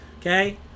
Okay